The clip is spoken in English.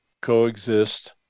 coexist